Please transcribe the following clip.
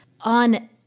on